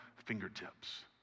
fingertips